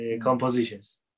compositions